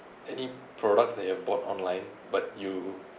any products that you have bought online but you